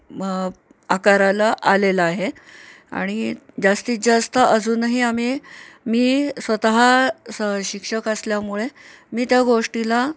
मं आकाराला आलेलं आहे आणि जास्तीत जास्त अजूनही आम्ही मी स्वतः स शिक्षक असल्यामुळे मी त्या गोष्टीला